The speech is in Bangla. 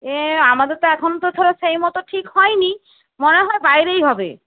এ আমাদের তো এখন তো ধরো সেই মতো ঠিক হয়নি মনে হয় বাইরেই হবে